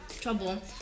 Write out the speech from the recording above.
trouble